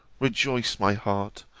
rejoice my heart,